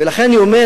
ולכן אני אומר,